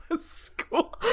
school